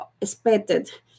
expected